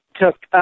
took